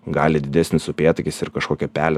gali didesnis upėtakis ir kažkokią pelę